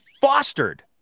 fostered